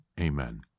Amen